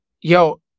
yo